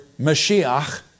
Mashiach